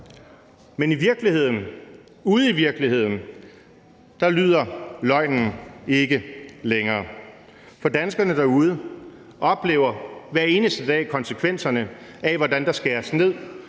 Men ude i virkeligheden lyder løgnen ikke længere. For danskerne derude oplever hver eneste dag konsekvenserne af, hvordan der skæres ned,